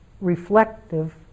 reflective